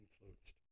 influenced